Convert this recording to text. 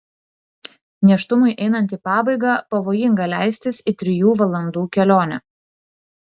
nėštumui einant į pabaigą pavojinga leistis į trijų valandų kelionę